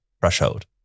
threshold